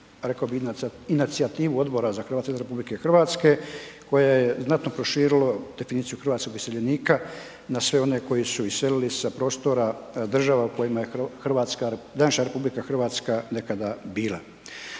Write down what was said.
rekao bi na inicijativu Odbora za Hrvate izvan RH koja je znatno proširilo definiciju hrvatskih iseljenika na sve one koji su iselili sa prostora država u kojima je naša RH nekada bila.